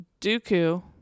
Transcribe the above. dooku